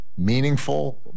meaningful